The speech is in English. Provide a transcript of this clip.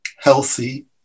healthy